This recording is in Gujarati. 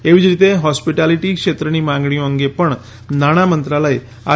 એવી જ રીતે હોસ્પિટાલીટી ક્ષેત્રની માંગણીઓ અંગે પણ નાણામંત્રાલય આર